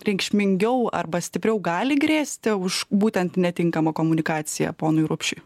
reikšmingiau arba stipriau gali grėsti už būtent netinkamą komunikaciją ponui rupšiui